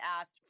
asked